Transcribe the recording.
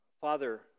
Father